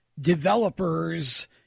developers